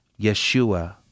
Yeshua